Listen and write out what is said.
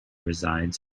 resides